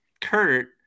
Kurt